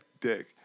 dick